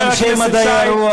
את אנשי מדעי הרוח,